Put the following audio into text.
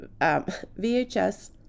VHS